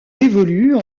évolue